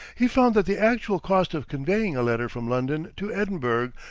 he found that the actual cost of conveying a letter from london to edinburgh,